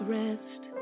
rest